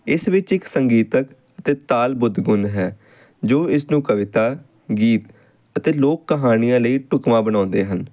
ਇਸ ਵਿੱਚ ਇੱਕ ਸੰਗੀਤਕ ਅਤੇ ਤਾਲ ਬੁੱਧ ਗੁਣ ਹੈ ਜੋ ਇਸ ਨੂੰ ਕਵਿਤਾ ਗੀਤ ਅਤੇ ਲੋਕ ਕਹਾਣੀਆਂ ਲਈ ਢੁੱਕਵਾਂ ਬਣਾਉਂਦੇ ਹਨ